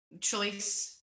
choice